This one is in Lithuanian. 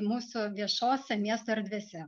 mūsų viešose miesto erdvėse